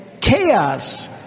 chaos